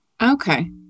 Okay